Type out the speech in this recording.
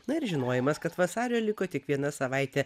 na ir žinojimas kad vasario liko tik viena savaitė